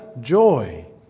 joy